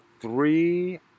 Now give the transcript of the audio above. three